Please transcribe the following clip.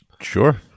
Sure